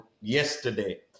yesterday